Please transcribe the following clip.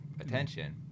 attention